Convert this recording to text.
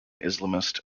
islamist